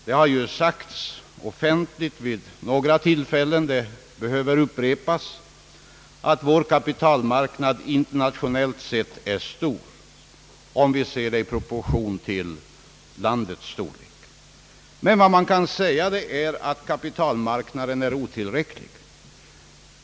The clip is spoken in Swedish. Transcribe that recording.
Det har ju vid några tillfällen sagts offentligt — och det behöver upprepas — att vår kapitalmarknad internationellt sett är stor, om vi ser den i proportion till landets storlek. Men vad man kan säga är att vår kapitalmarknad är otillräcklig.